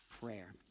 prayer